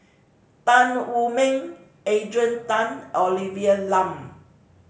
Tan Wu Meng Adrian Tan Olivia Lum